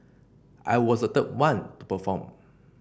I was the one to perform